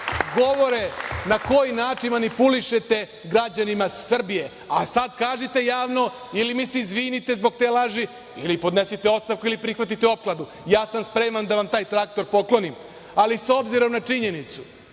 govore na koji način manipulišete građanima Srbije. A sad kažite javno – ili mi se izvinite zbog te laži ili podnesite ostavku ili prihvatite opkladu. Ja sam spreman da vam taj traktor poklonim. Ali s obzirom na činjenicu